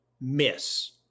miss